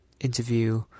Interview